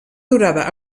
durada